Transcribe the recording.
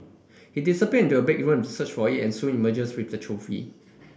he disappear to a bedroom to search for it and soon emerges with the trophy